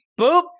boop